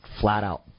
flat-out